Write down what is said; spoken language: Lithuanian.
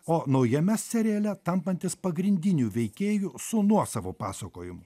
o naujame seriale tampantis pagrindiniu veikėju su nuosavo pasakojimu